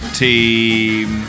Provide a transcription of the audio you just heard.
team